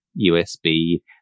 USB